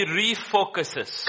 refocuses